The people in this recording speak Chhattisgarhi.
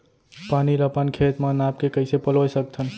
पानी ला अपन खेत म नाप के कइसे पलोय सकथन?